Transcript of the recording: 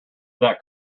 that